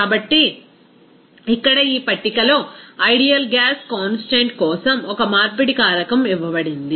కాబట్టి ఇక్కడ ఈ పట్టికలో ఐడియల్ గ్యాస్ కాన్స్టాంట్ కోసం ఒక మార్పిడి కారకం ఇవ్వబడింది